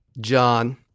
John